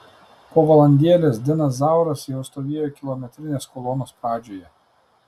po valandėlės dinas zauras jau stovėjo kilometrinės kolonos pradžioje